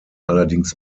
allerdings